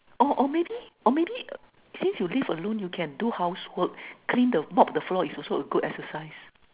oh or maybe or maybe uh since you this alone you can do housework clean the mop the floor is also a good exercise